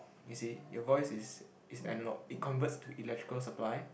you see your voice is is analogue it converts to electrical supply